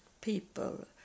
people